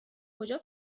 کجا